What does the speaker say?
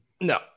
No